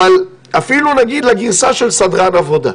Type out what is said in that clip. אבל אפילו נגיד לגרסה של סדרן עבודה.